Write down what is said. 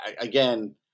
again